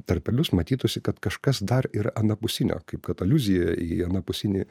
tarpelius matytųsi kad kažkas dar ir anapusinio kaip kad aliuzija į anapusinį